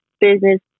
business